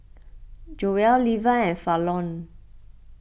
Joelle Leva and Fallon